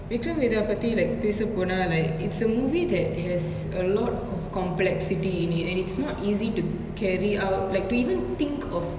vikram vethaa பத்தி:pathi like பேசபோனா:pesaponaa like it's a movie that has a lot of complexity in it and it's not easy to carry out like to even think of